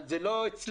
זה לא אצלי.